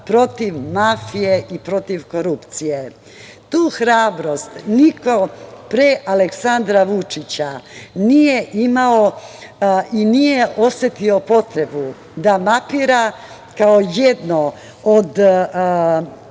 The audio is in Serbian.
protiv mafije i protiv korupcije. Tu hrabrost niko pre Aleksandra Vučića nije imao i nije osetio potrebu da mapira kao jedno od